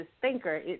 thinker